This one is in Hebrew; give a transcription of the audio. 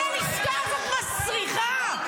כל הלשכה הזאת מסריחה.